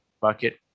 bucket